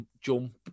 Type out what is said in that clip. jump